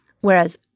Whereas